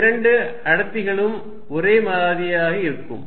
இந்த இரண்டு அடர்த்திகளும் ஒரே மாதிரியாக இருக்கும்